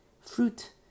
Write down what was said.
Fruit